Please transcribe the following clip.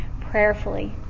Prayerfully